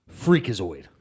Freakazoid